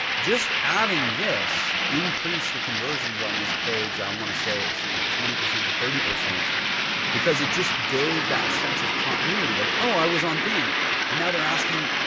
just adding this increased the conversions on this page i want to say it was from like twenty percent to thirty percent because it just gave that sense of continuity. like oh, i was on bing and now they're asking,